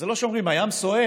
זה לא שאומרים: הים סוער,